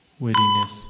wittiness